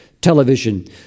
television